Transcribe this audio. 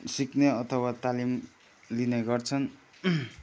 सिक्ने अथवा तालिम लिने गर्छन्